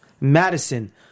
Madison